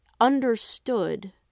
understood